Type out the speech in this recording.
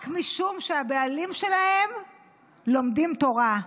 רק משום שהבעלים שלהן לומדים תורה.